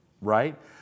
right